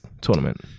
tournament